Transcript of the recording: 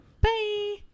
Bye